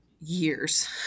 years